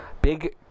big